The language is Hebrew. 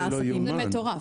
זה מטורף.